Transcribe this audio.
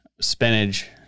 spinach